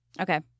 Okay